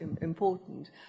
important